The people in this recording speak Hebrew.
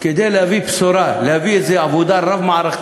כדי להביא בשורה, להביא איזו עבודה רב-מערכתית,